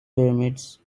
pyramids